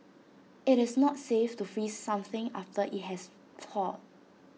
IT is not safe to freeze something after IT has thawed